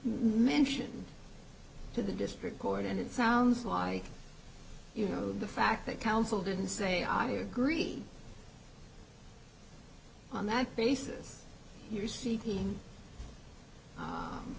mentioned to the district court and it sounds like you know the fact that counsel didn't say i agree on that basis you're seeking